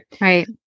Right